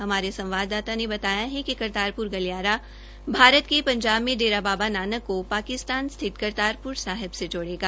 हमारे संवाददाता ने बताया है कि करतार पुर गलियारा भारत के पंजाब में डेरा बाबा नानक को पाकिस्तान स्थित करतारपुर साहिब से जोड़ेगा